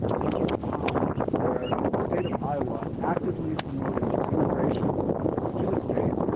this was a time where the state of iowa actively promoted immigration to the state.